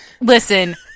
listen